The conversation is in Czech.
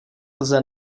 lze